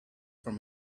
from